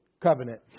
covenant